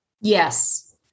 Yes